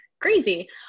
crazy